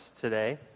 today